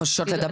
חוששות לדבר.